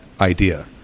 idea